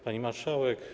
Pani Marszałek!